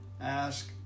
Ask